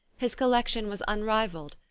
his collection was un rivalled,